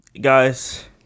guys